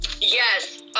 Yes